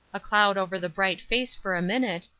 a cloud over the bright face for a minute,